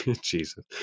Jesus